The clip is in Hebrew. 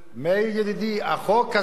מאיר ידידי, החוק הזה